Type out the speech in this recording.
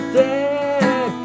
dead